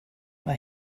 mae